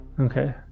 okay